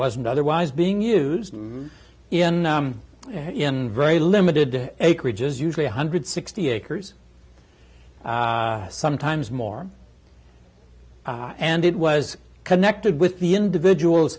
wasn't otherwise being used in in very limited acreage is usually one hundred sixty acres sometimes more and it was connected with the individuals